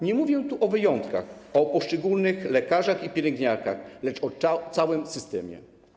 Nie mówię tu o wyjątkach, o poszczególnych lekarzach i pielęgniarkach, lecz o całym systemie.